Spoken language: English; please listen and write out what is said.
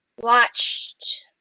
Watched